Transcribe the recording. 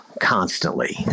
constantly